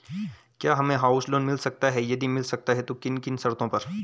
क्या हमें house loan मिल सकता है यदि मिल सकता है तो किन किन शर्तों पर?